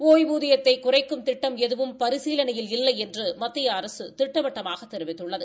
ஓய்வூதித்தை குறைக்கும் திட்டம் எதுவும் பரிசீலனையில் இல்லை என்று மத்திய அரசு திட்டவட்டமாக தெரிவித்துள்ளது